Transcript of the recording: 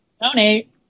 donate